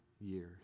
years